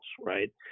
right